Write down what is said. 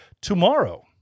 tomorrow